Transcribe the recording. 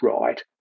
right